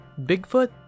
Bigfoot